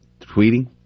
Tweeting